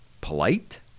polite